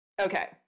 Okay